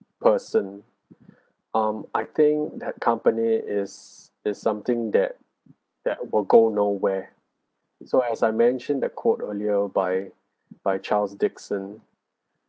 person um I think that company is is something that that will go nowhere so as I mentioned the quote earlier by by charles dickson